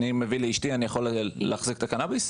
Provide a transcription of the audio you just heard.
ויכול להחזיק את הקנביס?